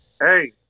Hey